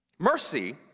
Mercy